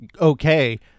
okay